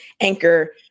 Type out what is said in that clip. anchor